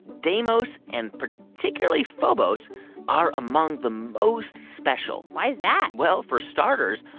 deimos and particularly phobos are among the most special why is that? well, for starters,